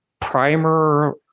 primer